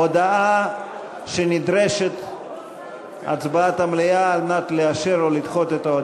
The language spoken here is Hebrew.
הודעה שנדרשת הצבעת המליאה על מנת לאשר או לדחות אותה.